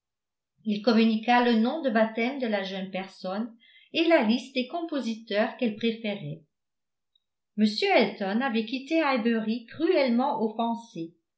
il communiqua le nom de baptême de la jeune personne et la liste des compositeurs qu'elle préférait m elton avait quitté highbury cruellement